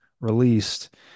released